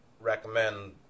recommend